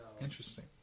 Interesting